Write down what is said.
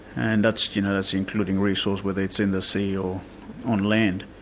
and that's you know that's including resource, whether it's in the sea or on land.